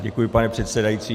Děkuji, pane předsedající.